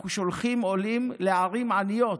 אנחנו שולחים עולים לערים עניות,